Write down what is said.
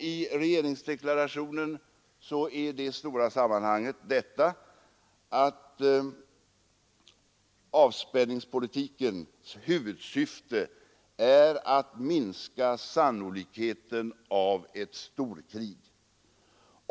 I regeringsdeklarationen är det stora sammanhanget detta att avspänningspolitikens huvudsyfte är att minska sannolikheten av ett storkrig.